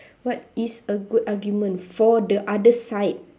what is a good argument for the other side